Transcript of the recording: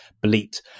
bleat